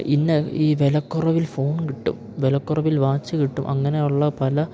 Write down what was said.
ഇന്ന് ഈ വിലക്കുറവിൽ ഫോൺ കിട്ടും വിലക്കുറവിൽ വാച്ച് കിട്ടും അങ്ങനെ ഉള്ള പല